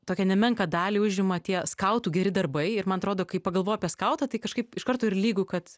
tokią nemenką dalį užima tie skautų geri darbai ir man atrodo kai pagalvoju apie skautą tai kažkaip iš karto ir lygu kad